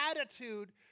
attitude